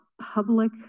public